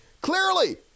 Clearly